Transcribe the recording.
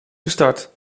gestart